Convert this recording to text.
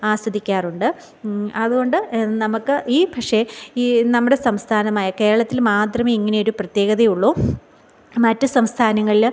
ആസ്വദിക്കാറുണ്ട് അതുകൊണ്ട് നമ്മൾക്ക് ഈ പക്ഷേ ഈ നമ്മുടെ സംസ്ഥാനമായ കേരളത്തിൽ മാത്രമേ ഇങ്ങനെയൊരു പ്രത്യേകതയുള്ളു മറ്റു സംസ്ഥാനങ്ങളിൽ